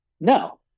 No